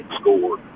score